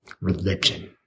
religion